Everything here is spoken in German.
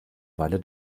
weile